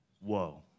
whoa